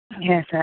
Yes